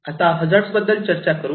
आता हजार्ड बद्दल चर्चा करू